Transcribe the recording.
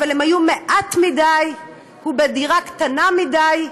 אבל הם היו מעט מדי ובדירה קטנה מדי,